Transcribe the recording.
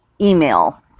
email